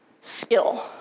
skill